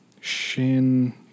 Shin –